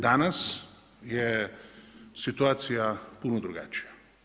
Danas je situacija puno drugačija.